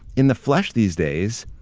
in the flesh these days,